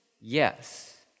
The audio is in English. Yes